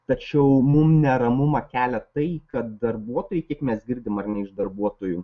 tačiau mum neramumą kelia tai kad darbuotojai kaip mes girdim ar ne iš darbuotojų